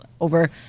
over